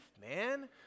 man